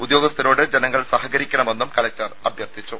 ഉദ്യോഗസ്ഥരോട് ജനങ്ങൾ സഹകരിക്കണമെന്നും കലക്ടർ അഭ്യർത്ഥിച്ചു